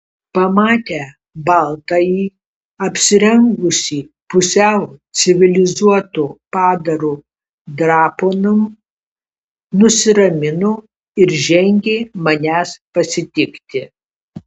pamatę baltąjį apsirengusį pusiau civilizuoto padaro drapanom nusiramino ir žengė manęs pasitikti